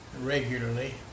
Regularly